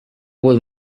one